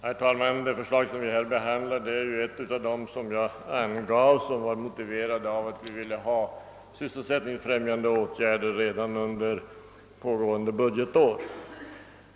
Herr talman! Det förslag vi här behandlar avser sysselsättningsfrämjande åtgärder som vi anser det vara motiverat att vidta redan under innevarande budgetår.